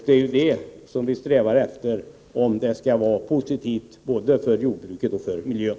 Det är det vi strävar efter, om det skall vara positivt både för jordbruket och för miljön.